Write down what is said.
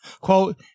Quote